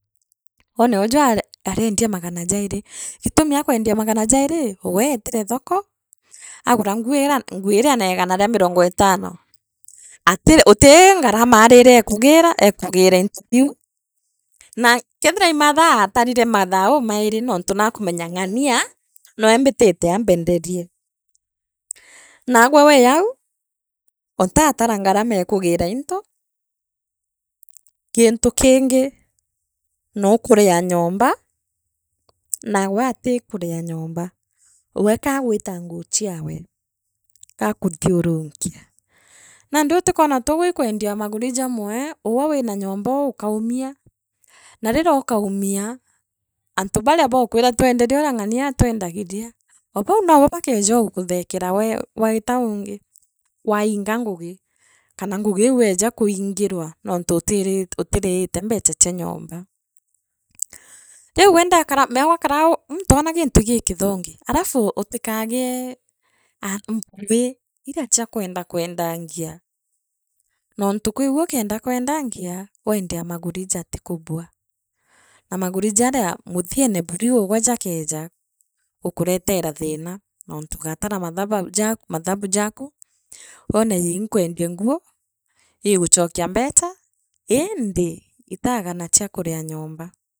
Wone uuju aari ariendia aa magana jairi gitumi akwendia magana jairi weetira thoko, aagura nguuiriia nguu ira ina negara ria mirungo etano. Atire uti ngarama ariire atarine mathaa uu mairi nontu naakumeya ngania new mbitite ambendenie naagwe wi au utalara ngaramee kugira into, gintu kingi nuukuria nyomba na wee aatikuria nyomba wee kaagwitaonguo chiawe, gaakuthiurunkia nandi utikwona twauga ii kwendiaa maguri jamwe uwe wira nyomba ukaumia, na riria ukaumia antu baria bookwira twendenieuria ng’ania atwendagiria oo bau nobo bakeeja gukuthe gukuthekera we waita ungi kana wainga ngugiu weja kuingirwa nontu utiri utiriite mbecha chia nyomba riu gwe ndakora mea we wakara muntu ona gintu igikithongi utikagie mpwi iria chia kwenda kwendangia nontu kwiu ukeenda kwendanga weendia aa maguri jatikabua na maguri jaria muthiene buru ii ugwe jakeega gukuretera thina nontu ugatara mathaba ja mathaba jaku wore ii inkwendia nguu iiguchokia mbicha indi itagana chia kuria nyomba.